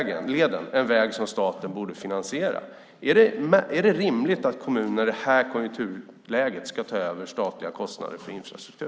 Det är en väg som staten borde finansiera. Är det rimligt att kommuner i det här konjunkturläget ska ta över statliga kostnader för infrastruktur?